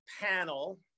panel